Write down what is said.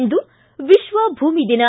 ಇಂದು ವಿಶ್ವ ಭೂಮಿ ದಿನ